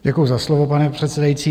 Děkuji za slovo, pane předsedající.